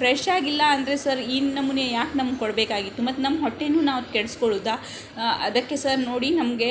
ಫ್ರೆಶಾಗಿಲ್ಲ ಅಂದರೆ ಸರ್ ಈ ನಮೂನೆ ಯಾಕೆ ನಮ್ಗೆ ಕೊಡಬೇಕಾಗಿತ್ತು ಮತ್ತೆ ನಮ್ಮ ಹೊಟ್ಟೆನು ನಾವು ಕೆಡ್ಸ್ಕೊಳ್ಳೋದ ಅದಕ್ಕೆ ಸರ್ ನೋಡಿ ನಮಗೆ